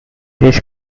this